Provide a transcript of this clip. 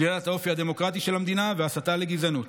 שלילת האופי הדמוקרטי של המדינה והסתה לגזענות.